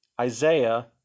Isaiah